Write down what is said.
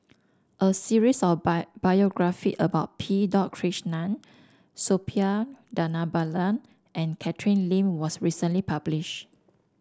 a series of by biography about P dot Krishnan Suppiah Dhanabalan and Catherine Lim was recently publish